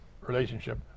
relationship